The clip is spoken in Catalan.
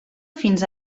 fins